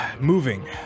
moving